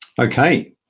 okay